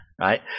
right